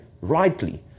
rightly